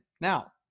Now